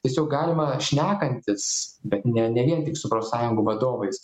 tiesiog galima šnekantis bet ne ne vien tik su profsąjungų vadovais